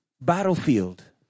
battlefield